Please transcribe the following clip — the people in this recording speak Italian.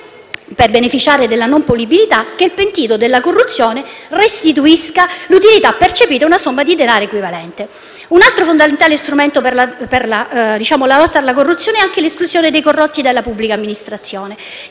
per beneficiare della non punibilità, che il pentito della corruzione restituisca l'utilità percepita o una somma di denaro equivalente. Un altro fondamentale strumento per la lotta alla corruzione è anche l'esclusione dei corrotti dalla pubblica amministrazione.